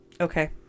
okay